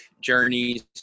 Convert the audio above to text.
journeys